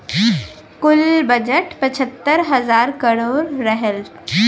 कुल बजट पचहत्तर हज़ार करोड़ रहल